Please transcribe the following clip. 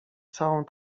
całą